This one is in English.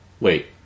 Wait